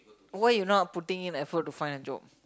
why you not putting in effort to find a job